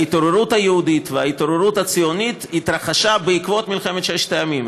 ההתעוררות היהודית וההתעוררות הציונית התרחשה בעקבות מלחמת ששת הימים.